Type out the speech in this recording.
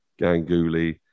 Ganguly